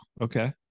Okay